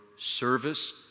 service